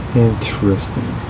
interesting